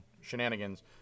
shenanigans